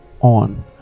on